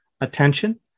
attention